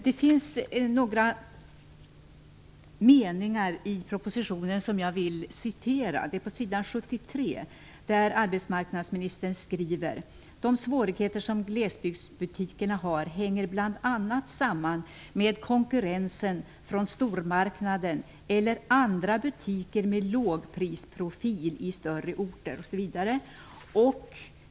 På s. 73 i propositionen finns några meningar som jag vill citera. Arbetsmarknadsministern skriver att ''de svårigheter som glesbygdsbutikerna har hänger bl.a. samman med konkurrensen från stormarknader eller andra butiker med lågprisprofil i större orter''.